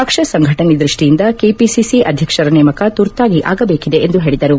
ಪಕ್ಷ ಸಂಘಟನೆ ದೃಷ್ಷಿಯಿಂದ ಕೆಪಿಸಿಿ ಅಧ್ಯಕ್ಷರ ನೇಮಕ ತುರ್ತಾಗಿ ಆಗಬೇಕಿದೆ ಎಂದು ಹೇಳದರು